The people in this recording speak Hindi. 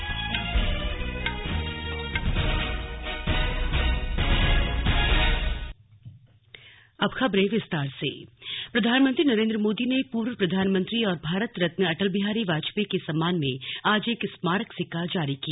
स्लग अटल सिक्का प्रधानमंत्री नरेन्द्र मोदी ने पूर्व प्रधानमंत्री और भारत रत्न अटल बिहारी वाजपेयी के सम्मान में आज एक स्माररक सिक्का जारी किया